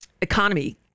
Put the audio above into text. economy